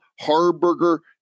Harburger